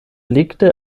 legte